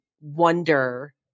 wonder